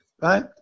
Right